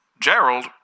Gerald